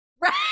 right